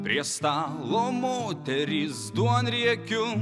prie stalo moteris duonriekiu